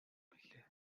билээ